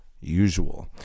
usual